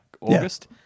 August